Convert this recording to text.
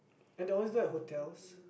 and they always like hotels